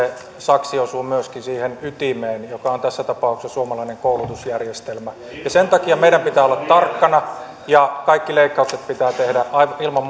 saksi osuu myöskin siihen ytimeen joka on tässä tapauksessa suomalainen koulutusjärjestelmä ja sen takia meidän pitää olla tarkkana ja kaikki leikkaukset pitää tehdä ilman